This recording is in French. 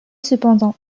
cependant